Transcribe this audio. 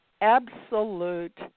absolute